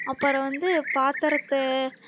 அப்புறம் வந்து பாத்திரத்தை